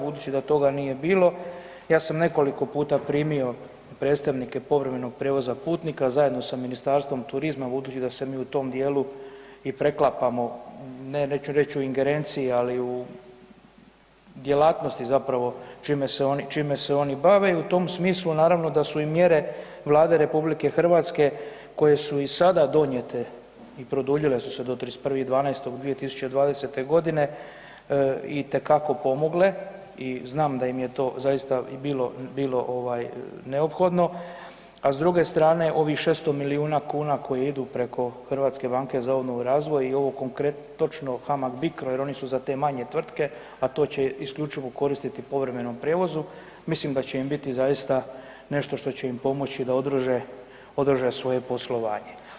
Budući da toga nije bilo, ja sam nekoliko puta primio predstavnike povremenog prijevoza putnika zajedno sa Ministarstvom turizma, budući da se mi u tom dijelu i preklapamo, neću reći u ingerenciji, ali u djelatnosti zapravo čime se oni bave, i u tom smislu, naravno da i mjere Vlade RH koje su i sada donijete i produljile su se do 31.12.2020. g. itekako pomogle i znam da im je to zaista bilo neophodno, a s druge strane, ovih 600 milijuna kuna koje idu preko HBOR-a i ovog konkretno, točno HAMAG Bicro, jer oni su za te manje tvrtke, a to će isključivo koristiti u povremenom prijevozu, mislim da će im biti zaista nešto što će im pomoći da održe svoje poslovanje.